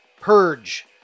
Purge